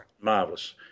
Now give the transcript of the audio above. marvelous